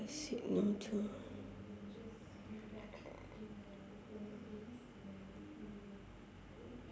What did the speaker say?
said no to